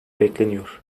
bekleniyor